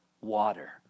water